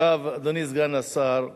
עכשיו, אדוני סגן השר,